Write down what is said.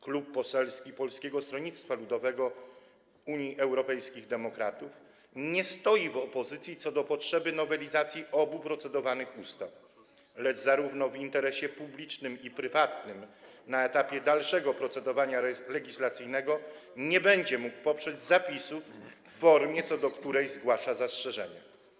Klub Poselski Polskiego Stronnictwa Ludowego - Unii Europejskich Demokratów nie jest w opozycji do potrzeby nowelizacji obu procedowanych ustaw, lecz w interesie zarówno publicznym, jak i prywatnym na etapie dalszego procedowania legislacyjnego nie będzie mógł poprzeć zapisów w formie, co do której zgłasza zastrzeżenia.